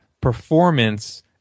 performance